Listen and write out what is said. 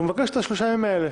והוא מבקש את שלושת הימים האלה.